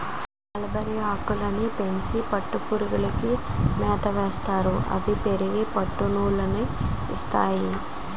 మలబరిఆకులని పెంచి పట్టుపురుగులకి మేతయేస్తారు అవి పెరిగి పట్టునూలు ని ఇస్తాయి